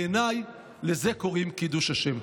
בעיניי לזה קוראים קידוש השם.